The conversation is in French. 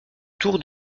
tour